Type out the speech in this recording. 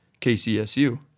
KCSU